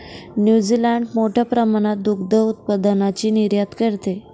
New Zealand मोठ्या प्रमाणात दुग्ध उत्पादनाची निर्यात करते